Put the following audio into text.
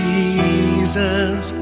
Jesus